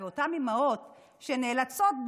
אותן אימהות נאלצות,